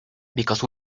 because